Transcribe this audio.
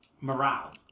morale